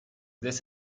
this